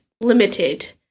limited